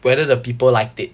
whether the people liked it